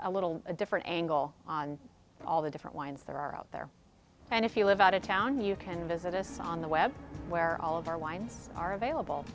a little a different angle on all the different wines that are out there and if you live out of town you can visit us on the web where all of our wine are available